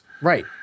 Right